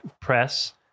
press